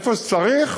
איפה שצריך,